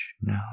No